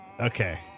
Okay